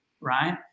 right